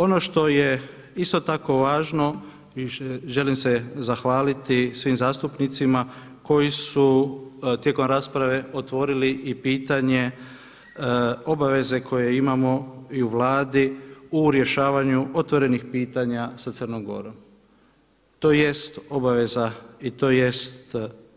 Ono što je isto tako važno i želim se zahvaliti svim zastupnicima koji su tijekom rasprave otvorili i pitanje obaveze koje imamo i u Vladi u rješavanju otvorenih pitanja sa Crnom Gorom, tj. obaveza i tj.